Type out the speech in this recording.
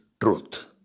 truth